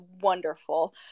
wonderful